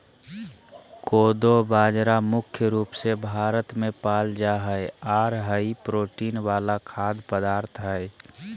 कोदो बाजरा मुख्य रूप से भारत मे पाल जा हय आर हाई प्रोटीन वाला खाद्य पदार्थ हय